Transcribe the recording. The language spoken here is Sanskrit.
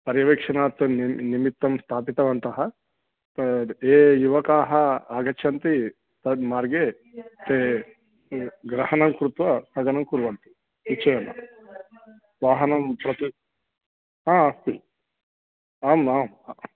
परिवेक्षणार्थं न् निमित्तं स्थापितवन्तः ते युवकाः आगच्छन्ति तद् मार्गे ते ग्रहणं कृत्वा स्थगनं कुर्वन्ति निश्चयेन वाहनं हा अस्ति आम् आम्